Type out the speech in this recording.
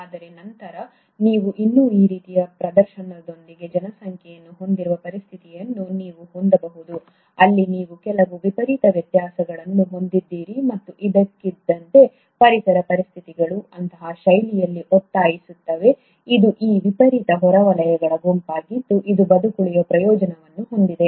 ಆದರೆ ನಂತರ ನೀವು ಇನ್ನೂ ಈ ರೀತಿಯ ಪ್ರದರ್ಶನದೊಂದಿಗೆ ಜನಸಂಖ್ಯೆಯನ್ನು ಹೊಂದಿರುವ ಪರಿಸ್ಥಿತಿಯನ್ನು ನೀವು ಹೊಂದಬಹುದು ಅಲ್ಲಿ ನೀವು ಕೆಲವು ವಿಪರೀತ ವ್ಯತ್ಯಾಸಗಳನ್ನು ಹೊಂದಿದ್ದೀರಿ ಮತ್ತು ಇದ್ದಕ್ಕಿದ್ದಂತೆ ಪರಿಸರ ಪರಿಸ್ಥಿತಿಗಳು ಅಂತಹ ಶೈಲಿಯಲ್ಲಿ ಒತ್ತಾಯಿಸುತ್ತವೆ ಇದು ಈ ವಿಪರೀತ ಹೊರವಲಯಗಳ ಗುಂಪಾಗಿದ್ದು ಅದು ಬದುಕುಳಿಯುವ ಪ್ರಯೋಜನವನ್ನು ಹೊಂದಿದೆ